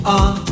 on